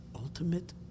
ultimate